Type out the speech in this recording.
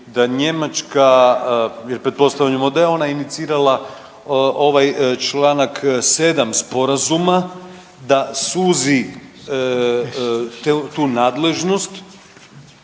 da Njemačka jer pretpostavljamo da je ona inicirala ovaj čl. 7. sporazuma da suzi tu nadležnost,